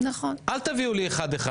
שלא נביא אחד אחד.